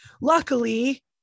luckily